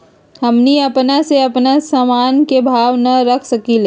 हमनी अपना से अपना सामन के भाव न रख सकींले?